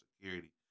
security